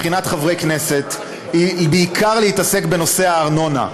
מבחינת חברי כנסת היא בעיקר להתעסק בנושא הארנונה,